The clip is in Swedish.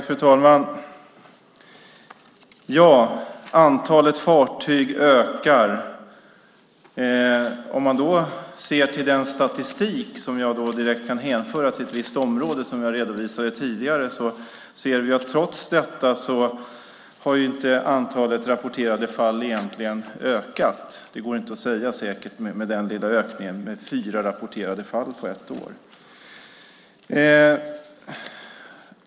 Fru talman! Ja, antalet fartyg ökar. Men sett till den statistik som direkt kan hänföras till ett visst område och som jag tidigare redovisade har antalet rapporterade fall egentligen inte ökat. Det går inte att säkert uttala sig utifrån den lilla ökning som varit - fyra rapporterade fall på ett år.